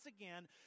again